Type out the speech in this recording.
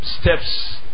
steps